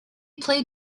play